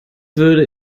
würde